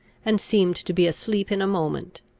and seemed to be asleep in a moment.